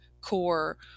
core